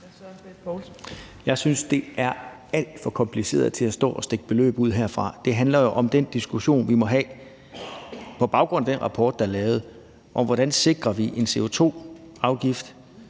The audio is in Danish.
Jeg synes, det er alt for kompliceret til at stå og stikke beløb ud herfra. Det handler jo om den diskussion, vi må have på baggrund af den rapport, der er lavet, om, hvordan vi sikrer en CO2-afgift,